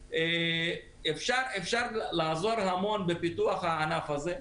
אפשר לעזור המון בפיתוח הענף הזה.